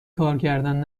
کارکردن